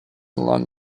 along